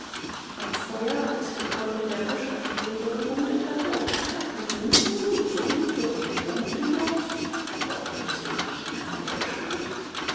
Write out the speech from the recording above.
am feuer als die keule der buschantilope gemundet hatte und die pfeifen glühten summte und brummte jobst warum sprichst du gar nicht mehr von deutschland